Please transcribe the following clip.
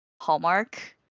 hallmark